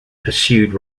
pursued